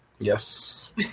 Yes